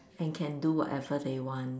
and can do whatever they want